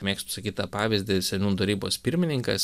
mėgstu sakyt tą pavyzdį seniūnų tarybos pirmininkas